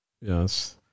Yes